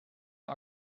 der